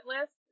list